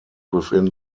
within